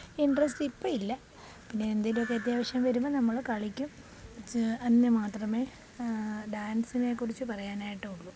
interest ഇപ്പോൾ ഇല്ല പിന്നെ എന്തെങ്കിലും ഒക്കെ അത്യാവശ്യം വരുമ്പം നമ്മള്ൾ കളിക്കും വച്ച് അന്ന് മാത്രമേ ഡാൻസിനെക്കുറിച്ച് പറയാനായിട്ട് ഉള്ളൂ